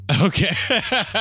Okay